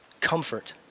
comfort